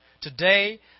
Today